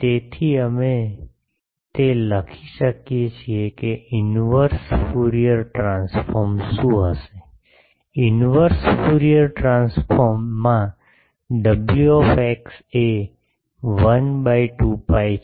તેથી અમે તે લખી શકીએ છીએ કે ઈન્વર્સ ફ્યુરીઅર ટ્રાન્સફોર્મ શું હશે ઈન્વર્સ ફ્યુરીઅર ટ્રાન્સફોર્મમાં w એ 1 બાય 2 pi છે